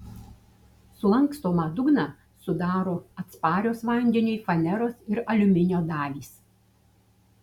sulankstomą dugną sudaro atsparios vandeniui faneros ar aliuminio dalys